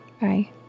Bye